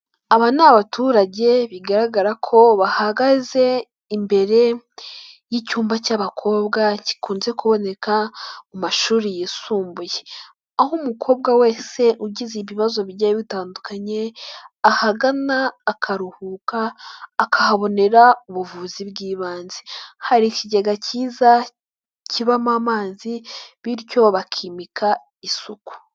Aba ni abaturage bigaragara ko bahagaze imbere y'icyumba cy'abakobwa gikunze kuboneka mu mashuri yisumbuye, aho umukobwa wese ugize ibibazo bigiye bitandukanye ahagana akaruhuka akahabonera ubuvuzi bw'ibanze, hari ikigega kiza kibamo amazi bityo bakimika isuku.